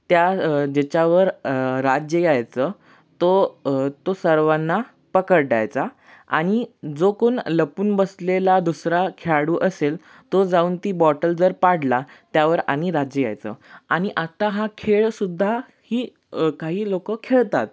त्या ज्याच्यावर राज्य यायचं तो तो सर्वांना पकडायचा आणि जो कोण लपून बसलेला दुसरा खेळाडू असेल तो जाऊन ती बॉटल जर पाडला त्यावर आणि राज्य यायचं आणि आत्ता हा खेळ सुद्धा ही काही लोक खेळतात